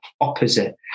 opposite